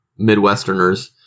Midwesterners